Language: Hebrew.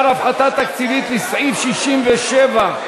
ההסתייגויות לסעיף 67,